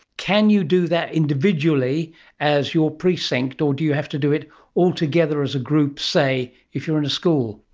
can you do that individually as your precinct or do you have to do it all together as a group, say if you are in a school?